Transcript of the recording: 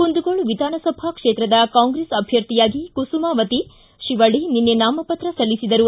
ಕುಂದಗೋಳ ವಿಧಾನಸಭಾ ಕ್ಷೇತ್ರದ ಕಾಂಗ್ರೆಸ್ ಅಭ್ವರ್ಥಿಯಾಗಿ ಕುಸುಮಾವತಿ ಶಿವಳ್ಳಿ ನಿನ್ನೆ ನಾಮಪತ್ರ ಸಲ್ಲಿಸಿದರು